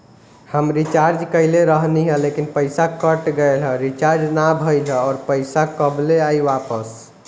हम रीचार्ज कईले रहनी ह लेकिन पईसा कट गएल ह रीचार्ज ना भइल ह और पईसा कब ले आईवापस?